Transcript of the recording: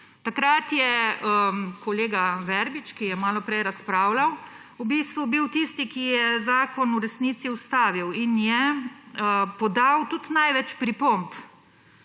Takrat je kolega Verbič, ki je malo prej razpravljal, bil tisti, ki je zakon v resnici ustavil in je podal tudi največ pripomb